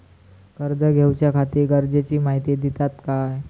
कर्ज घेऊच्याखाती गरजेची माहिती दितात काय?